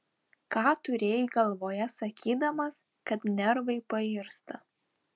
ką turėjai galvoje sakydamas kad nervai pairsta